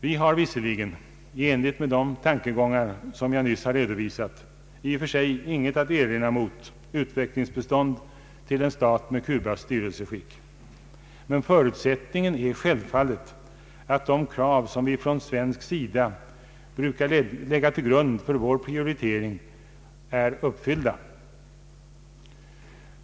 Vi har visserligen, i enlighet med de tankegångar jag nyss redovisat, i och för sig intet att erinra mot utvecklingsbistånd till en stat med Cubas styrelseskick, men förutsättningen är självfal let att de krav som vi från svensk sida brukar lägga till grund för vår prioritering är uppfyllda.